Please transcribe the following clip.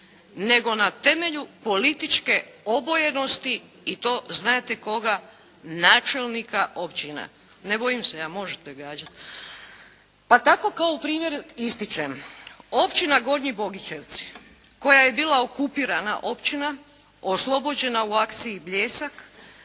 nego na temelju političke obojenosti i to znate koga? Načelnika općina. Ne bojim se ja, možete gađati. Pa tako kao primjer ističem. Općina Gornji Bogićevci, koja je bila okupirana općina, oslobođena u akciji "Bljesak",